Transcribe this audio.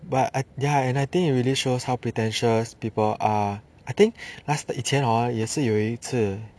but I ya and I think it really shows how pretentious people are I think last the 以前 hor 也是有一次